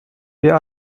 wir